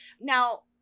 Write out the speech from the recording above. Now